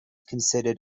considered